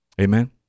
amen